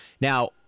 Now